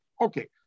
Okay